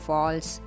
Falls